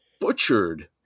butchered